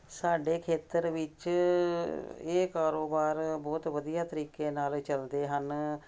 ਸਾਡੇ ਖੇਤਰ ਵਿੱਚ ਇਹ ਕਾਰੋਬਾਰ ਬਹੁਤ ਵਧੀਆ ਤਰੀਕੇ ਨਾਲ ਚੱਲਦੇ ਹਨ